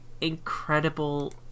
incredible